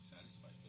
satisfied